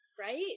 Right